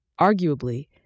Arguably